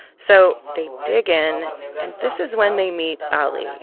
so they dig in, and this is when they meet ali,